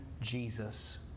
Jesus